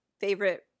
favorite